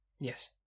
Yes